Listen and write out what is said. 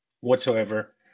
whatsoever